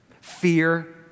fear